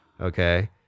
Okay